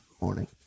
morning